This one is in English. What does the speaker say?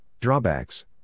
Drawbacks